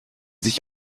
sich